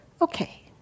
Okay